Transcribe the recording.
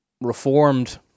Reformed